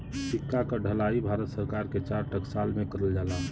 सिक्का क ढलाई भारत सरकार के चार टकसाल में करल जाला